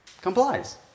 complies